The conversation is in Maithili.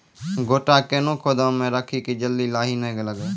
गोटा कैनो गोदाम मे रखी की जल्दी लाही नए लगा?